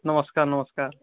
ନମସ୍କାର ନମସ୍କାର